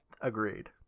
Agreed